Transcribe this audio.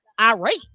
irate